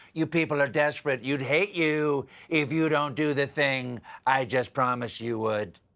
you people are desperate, you would hate you if you don't do the thing i just promised you would.